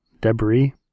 Debris